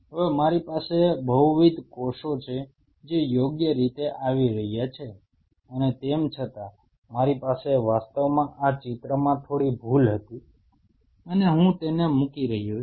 હવે મારી પાસે બહુવિધ કોષો છે જે યોગ્ય રીતે આવી રહ્યા છે અને તેમ છતાં મારી પાસે વાસ્તવમાં આ ચિત્રમાં થોડી ભૂલ હતી અને હું તેને મુકી રહ્યો છું